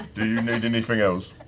do you need anything else?